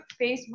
Facebook